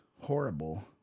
horrible